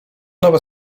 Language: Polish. nowe